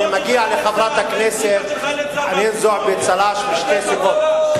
מגיע לחברת הכנסת חנין זועבי צל"ש, משתי סיבות.